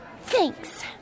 Thanks